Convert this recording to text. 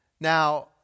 Now